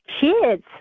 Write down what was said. kids